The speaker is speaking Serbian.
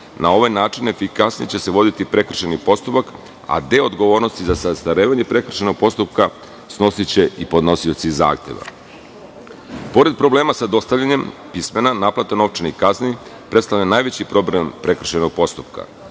ovaj način efikasnije će se voditi prekršajni postupak, a deo odgovornosti za zastarevanje prekršajnog postupka snosiće i podnosioci zahteva. Pored problema sa dostavljanjem, naplata novčanih kazni, predstavlja najveći problem prekršajnog